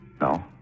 No